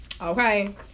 Okay